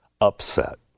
upset